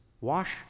wash